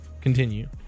Continue